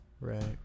Right